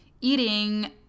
eating